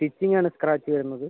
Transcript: സ്റ്റിച്ചിങ്ങാണ് scratch വരുന്നത്